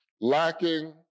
lacking